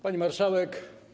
Pani Marszałek!